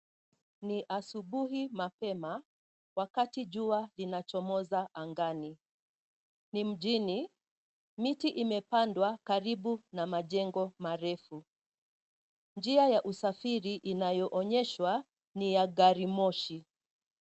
Ni asubuhi mapema wakati jua linachomoza angani. Ni mjini, miti imepandwa karibu na majengo marefu . Njia ya usafiri inayoonyeshwa ni ya gari moshi.